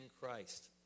Christ